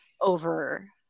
over